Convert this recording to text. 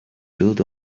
build